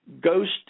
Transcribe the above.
ghost